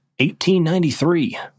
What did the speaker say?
1893